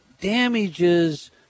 damages